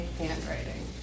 handwriting